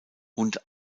und